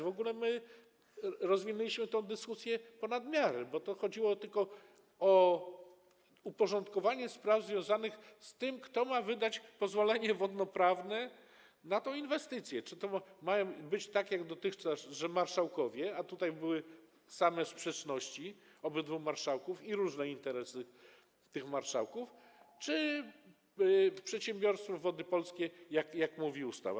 W ogóle rozwinęliśmy tę dyskusję ponad miarę, bo chodziło tylko o uporządkowanie spraw związanych z tym, kto ma wydać pozwolenie wodnoprawne na tę inwestycję - czy to mają być, tak jak dotychczas, marszałkowie, a były same sprzeczności w przypadku obydwu marszałków i różne interesy tych marszałków, czy przedsiębiorstwo Wody Polskie, jak mówi ustawa.